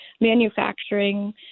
manufacturing